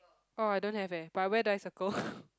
orh I don't have eh but where do I circle